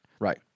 Right